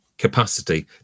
capacity